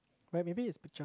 but maybe it's picture